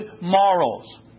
morals